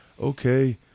Okay